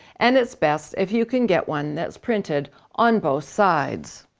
and it's best if you can get one that's printed on both sides.